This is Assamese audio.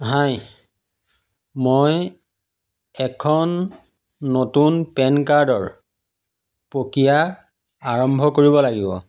হাই মই এখন নতুন পেন কাৰ্ডৰ প্ৰক্ৰিয়া আৰম্ভ কৰিব লাগিব